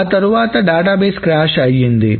ఆ తర్వాత database crash అయింది